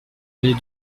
allée